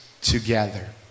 together